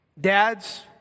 Dads